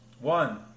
One